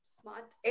smart